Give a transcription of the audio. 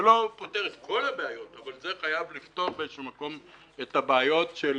זה לא פותר את כל הבעיות אבל זה חייב לפתור באיזשהו מקום את הבעיות של